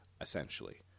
essentially